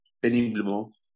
péniblement